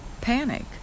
panic